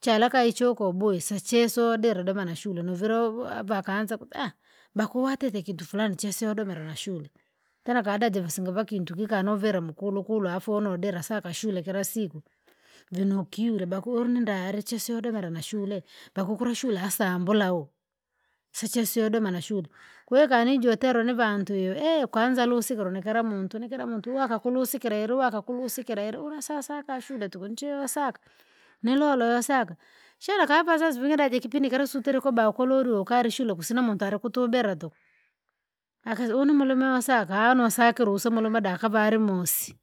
Charaka icho koboye isichesoda iridoma nashule nuvira uve- vakaanza ku bakuatite kintu furani chese udomire nashule. tera kada jovisinga vakintu kikanovira mukulumulu afu unodira saka sule kilasiku, vinu ukiule baku ulininda alichocho domera na shure bakukula shule hasa ambula wu, sicheso udoma na shule, kwahiyo kaninjotera nivantu yo kwanza lusikira no kira muntu ni kira muntu wakakurusikira ili wakakurusikira ili urasasa akashule tuku njoosaka, nilole yosaka, shida akava vazazi vingi jakipindi kila sutereke kwabao kuloli ukali shule ukusina muntu alikutubera tuku. Akasi unimulume wosaka nosakire use mulume dakavalimosi,